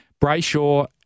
Brayshaw